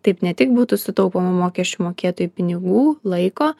taip ne tik būtų sutaupoma mokesčių mokėtojų pinigų laiko